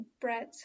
bread